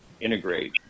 integrate